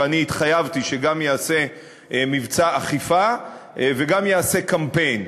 ואני התחייבתי שגם ייעשה מבצע אכיפה וגם ייעשה קמפיין.